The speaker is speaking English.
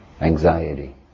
anxiety